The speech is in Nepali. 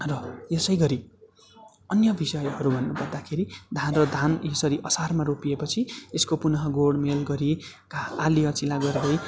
र यसैगरी अन्य विषयहरू भन्नु पर्दाखेरि धान र धान यसरी असारमा रोपिए पछि यसको पुनः गोडमेल गरी आली अँचिला गर्दै